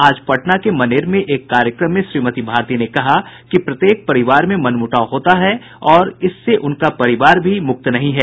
आज पटना के मनेर में एक कार्यक्रम में श्रीमती भारती ने कहा कि प्रत्येक परिवार में मनमुटाव होता रहता है और इससे उनका परिवार भी मुक्त नहीं है